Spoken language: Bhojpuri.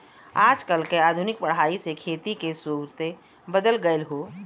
आजकल के आधुनिक पढ़ाई से खेती के सुउरते बदल गएल ह